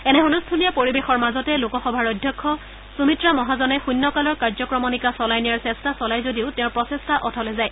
এনে হুলস্থূলীয়া পৰিৱেশৰ মাজতে লোকসভাৰ অধ্যক্ষ সুমিত্ৰা মহাজনে শূন্যকালৰ কাৰ্যক্ৰমণিকা চলাই নিয়াৰ চেষ্টা চলাই যদিও তেওঁৰ প্ৰচেষ্টা অথলে যায়